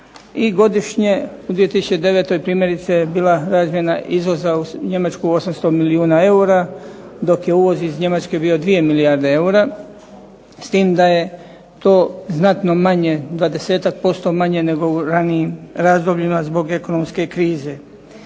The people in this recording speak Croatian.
i godišnje, u 2009. primjerice je bila razmjena izvoza u Njemačku 800 milijuna eura dok je uvoz iz Njemačke bio 2 milijarde eura. S tim da je to znatno manje 20-ak% manje nego u ranijim razdobljima zbog ekonomske krize.